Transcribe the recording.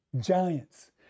giants